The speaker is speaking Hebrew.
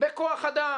בכוח אדם,